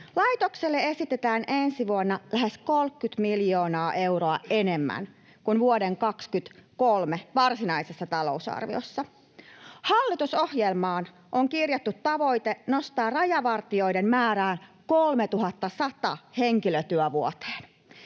Laitokselle esitetään ensi vuodelle lähes 30 miljoonaa euroa enemmän kuin vuoden 23 varsinaisessa talousarviossa. Hallitusohjelmaan on kirjattu tavoite nostaa rajavartijoiden määrä 3 100 henkilötyövuoteen.